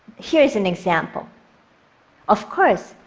here is an example of course,